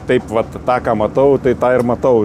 taip vat tą ką matau tai tą ir matau